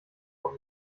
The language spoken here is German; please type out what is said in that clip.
auf